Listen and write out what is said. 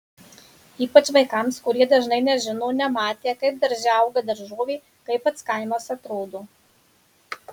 ypač vaikams kurie dažnai nežino nematę kaip darže auga daržovė kaip pats kaimas atrodo